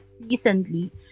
recently